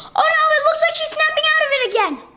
oh no, it looks like she's snapping out of it again!